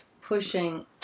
pushing